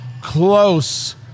Close